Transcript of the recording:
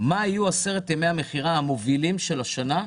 מה יהיו עשרת ימי המכירה המובילים של השנה.